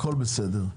הכל בסדר,